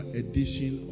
edition